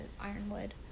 Ironwood